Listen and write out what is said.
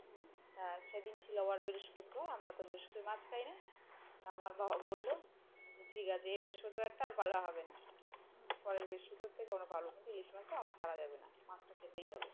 হুম তা সেদিন ছিল আবার বৃহস্পতি করে আমরা তো বৃহসূত মাছ খাই না তা আমার বাবা বললো যে ঠিক আছে এই বৃহস্পতিবারটা আর ভালো হবে না হুম পরের বৃহস্পতির থেকে আমরা ভালো কিন্তু ইলিশ মাছটা আমাদের ছাড়া যাবে না মাছটা খেতেই হবেল